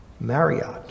Marriott